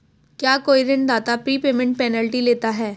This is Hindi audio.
क्या कोई ऋणदाता प्रीपेमेंट पेनल्टी लेता है?